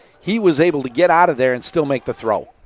he was able to get out of there and still make the throw.